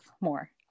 more